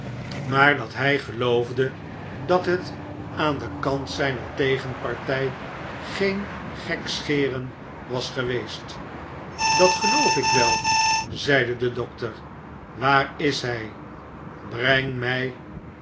maar dat hij geloofde dat het aan den kant zijner tegenpartij geen gekscheren was geweest dat geloof ik wel zeide de dokter waar is hij breng mij